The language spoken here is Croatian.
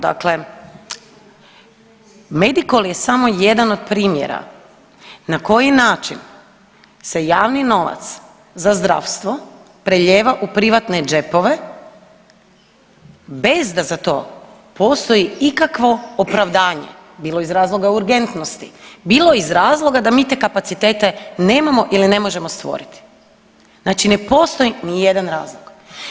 Dakle, Medikol je samo jedan od primjera na koji način se javni novac za zdravstvo prelijeva u privatne džepove bez da za to postoji ikakvo opravdane, bilo iz razloga urgentnosti, bilo iz razloga da mi te kapacitete nemamo ili ne možemo stvoriti, znači ne postoji nijedan razlog.